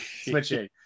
switching